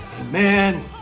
amen